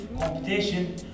computation